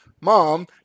Mom